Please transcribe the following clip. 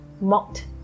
mocked